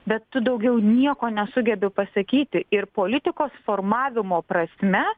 bet tu daugiau nieko nesugebi pasakyti ir politikos formavimo prasme